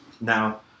Now